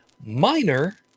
minor